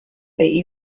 they